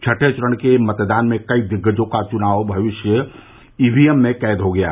छठें चरण के मतदान में कई दिग्गजों का चुनावी भविष्य ईवीएम में कैद हो गय